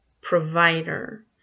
provider